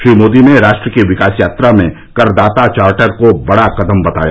श्री मोदी ने राष्ट्र की विकास यात्रा में करदाताचार्टर को बड़ा कदम बताया